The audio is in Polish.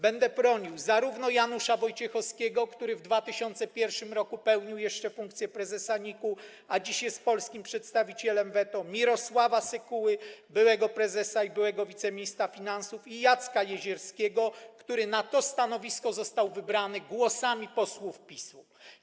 Będę bronił Janusza Wojciechowskiego, który w 2001 r. pełnił jeszcze funkcję prezesa NIK-u, a dziś jest polskim przedstawicielem w ETO, Mirosława Sekuły, byłego prezesa i byłego wiceministra finansów, i Jacka Jezierskiego, który na to stanowisko został wybrany głosami posłów PiS-u.